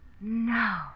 No